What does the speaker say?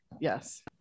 Yes